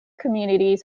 communities